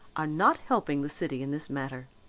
are not helping the city in this matter?